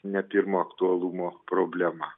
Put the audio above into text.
ne pirmo aktualumo problema